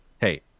Hey